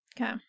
Okay